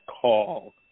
call